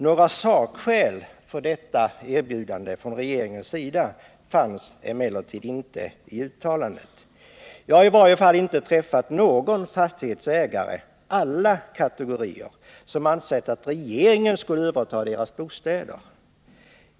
Några sakskäl för erbjudandet från regeringens sida fanns emellertid inte i uttalandet. Jag har emellertid bland alla kategorier av fastighetsägare inte träffat någon som ansett att regeringen skulle överta deras bostäder.